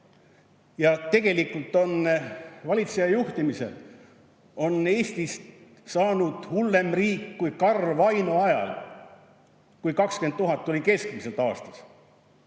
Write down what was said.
Ja tegelikult on valitseja juhtimisel Eestist saanud hullem riik kui Karl Vaino ajal, kui 20 000 [inimest] tuli keskmiselt aastas.